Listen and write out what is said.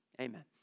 Amen